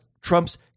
Trump's